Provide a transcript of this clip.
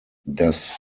das